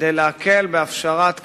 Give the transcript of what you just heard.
כדי להקל בהפשרת קרקעות,